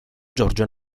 giorgio